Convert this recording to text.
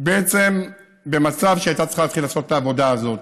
בעצם במצב שהיא הייתה צריכה להתחיל לעשות את העבודה הזאת.